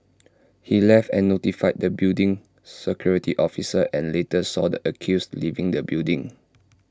he left and notified the building security officer and later saw the accused leaving the building